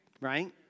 right